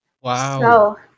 Wow